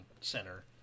center